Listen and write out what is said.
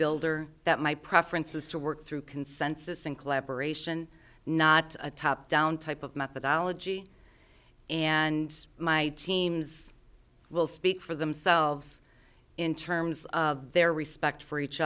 builder that my preference is to work through consensus and collaboration not a top down type of methodology and my teams will speak for themselves in terms of their respect for each